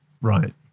Right